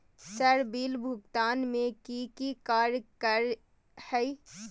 Sir bill भुगतान में की की कार्य पर हहै?